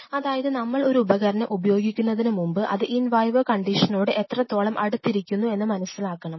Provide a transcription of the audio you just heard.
അതായത് നമ്മൾ ഒരു ഉപകരണം ഉപയോഗിക്കുന്നതിനു മുമ്പ് അത് ഇൻ വൈവോ കണ്ടീഷന്നോട് എത്രത്തോളം അടുത്തിരിക്കുന്നു എന്ന് മനസ്സിലാക്കണം